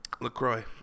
LaCroix